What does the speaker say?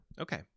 Okay